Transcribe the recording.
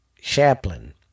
Chaplin